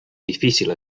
difícil